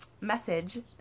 message